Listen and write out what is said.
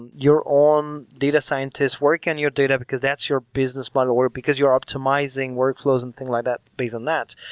you're on data scientist work in your data because that's your business model, or because you're optimizing workflows and thing like that based on that.